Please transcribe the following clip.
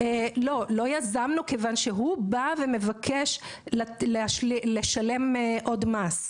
לא יזמנו, כיוון שהוא בא ומבקש לשלם עוד מס.